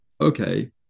okay